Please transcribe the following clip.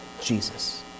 Jesus